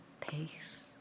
peace